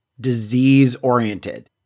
disease-oriented